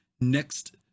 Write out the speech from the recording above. next